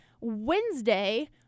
Wednesday